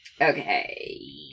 Okay